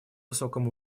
высоком